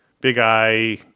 big-eye